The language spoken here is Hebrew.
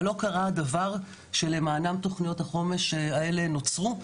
למרות זאת לא קרה הדבר שלמענו תוכניות החומש האלה נוצרו.